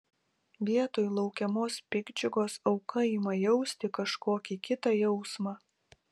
vietoj laukiamos piktdžiugos auka ima jausti kažkokį kitą jausmą